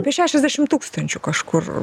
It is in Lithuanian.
apie šešiasdešim tūkstančių kažkur